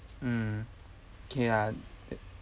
mm okay lah that